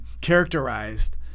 characterized